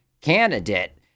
candidate